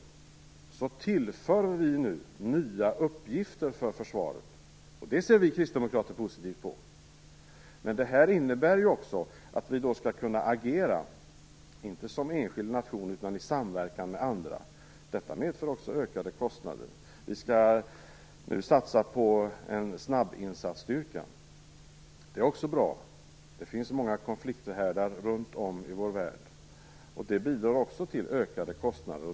Dessutom tillför vi nu nya uppgifter för försvaret. Och det ser vi kristdemokrater positivt på. Men detta innebär också att vi då skall kunna agera, inte som enskild nation utan i samverkan med andra, vilket medför ökade kostnader. Vi skall satsa på en snabbinsatsstyrka. Det är också bra. Det finns många konflikthärdar runt om i vår värld. Det bidrar också till ökade kostnader.